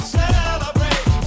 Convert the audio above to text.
celebrate